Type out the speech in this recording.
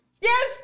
Yes